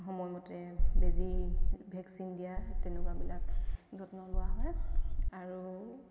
সময়মতে বেজী ভেকচিন দিয়া তেনেকুৱাবিলাক যত্ন লোৱা হয় আৰু